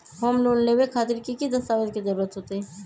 Home loan लेबे खातिर की की दस्तावेज के जरूरत होतई?